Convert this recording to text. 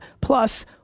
Plus